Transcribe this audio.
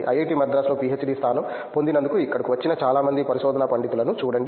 IIT మద్రాసులో PhD స్థానం పొందినందున ఇక్కడకు వచ్చిన చాలా మంది పరిశోధనా పండితులను చూడండి